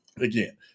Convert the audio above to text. Again